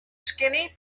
skinny